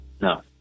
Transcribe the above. No